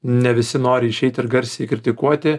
ne visi nori išeiti ir garsiai kritikuoti